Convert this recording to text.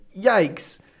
yikes